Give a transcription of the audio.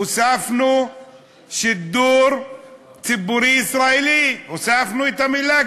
הוספנו שידור ציבורי "ישראלי" הוספנו את המילה.